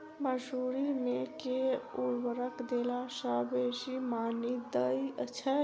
मसूरी मे केँ उर्वरक देला सऽ बेसी मॉनी दइ छै?